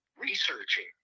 researching